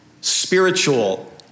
spiritual